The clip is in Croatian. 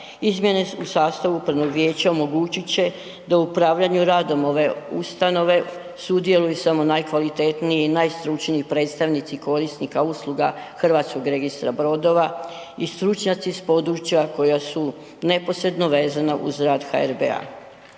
Izmjene u sastavu upravnog vijeća omogućit će da upravljanju radom ove ustanove sudjeluju samo najkvalitetniji i najstručniji predstavnici korisnika usluga HRB-a i stručnjaci s područja koja su neposredno vezana uz rad HRB-a.